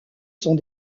sont